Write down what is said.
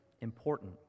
important